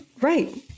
Right